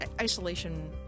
isolation